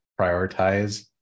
prioritize